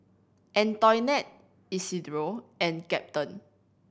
Antoinette Isidro and Captain